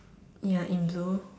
ya in blue